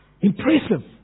Impressive